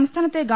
സംസ്ഥാനത്തെ ഗവ